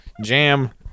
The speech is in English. Jam